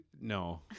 no